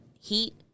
Heat